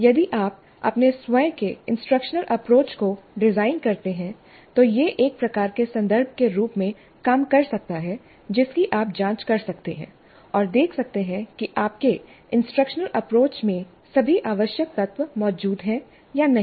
यदि आप अपने स्वयं के इंस्ट्रक्शनल अप्रोच को डिजाइन करते हैं तो यह एक प्रकार के संदर्भ के रूप में काम कर सकता है जिसकी आप जांच कर सकते हैं और देख सकते हैं कि आपके इंस्ट्रक्शनल अप्रोच में सभी आवश्यक तत्व मौजूद हैं या नहीं